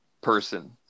person